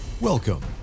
Welcome